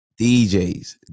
DJs